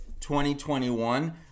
2021